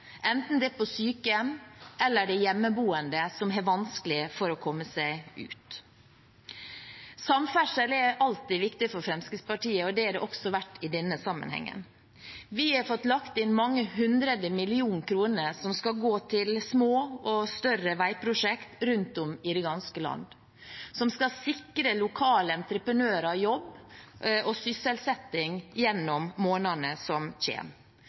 enten det er på sykehjem eller det er hjemmeboende som har vanskelig for å komme seg ut. Samferdsel er alltid viktig for Fremskrittspartiet, og det har det også vært i denne sammenhengen. Vi har fått lagt inn mange hundre millioner kroner som skal gå til små og større veiprosjekt rundt om i det ganske land, som skal sikre lokale entreprenører jobb og sysselsetting gjennom månedene som